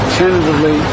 tentatively